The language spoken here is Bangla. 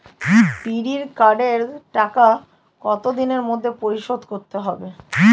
বিড়ির কার্ডের টাকা কত দিনের মধ্যে পরিশোধ করতে হবে?